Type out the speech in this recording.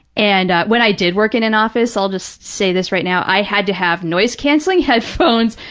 and when i did work in an office, i'll just say this right now, i had to have noise-canceling headphones,